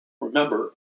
Remember